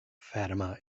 fatima